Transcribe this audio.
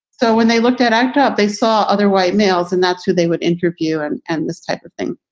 so when they looked at archtop, they saw other white males and that's who they would interview. and and this type of thing.